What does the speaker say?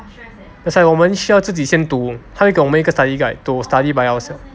that's why 我们需要自己先读他会给我们一个 study guide to study by ourself